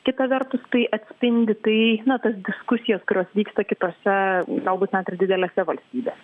kita vertus tai atspindi tai na tas diskusijas kurios vyksta kitose galbūt net ir didelėse valstybės